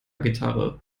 gitarre